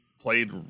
played